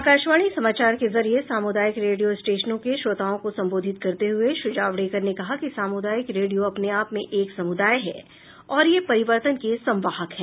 आकाशवाणी समाचार के जरिये सामुदायिक रेडियो स्टेशनों के श्रोताओं को संबोधित करते हुए श्री जावड़ेकर ने कहा कि सामुदायिक रेडियो अपने आप में एक समुदाय है और ये परिवर्तन के संवाहक हैं